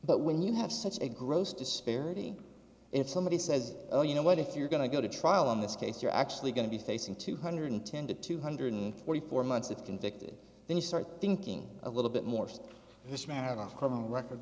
but when you have such a gross disparity if somebody says oh you know what if you're going to go to trial in this case you're actually going to be facing two hundred ten to two hundred forty four months if convicted then you start thinking a little bit more mr madoff criminal record